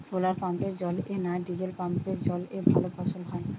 শোলার পাম্পের জলে না ডিজেল পাম্পের জলে ভালো ফসল হয়?